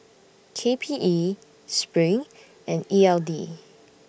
K P E SPRING and E L D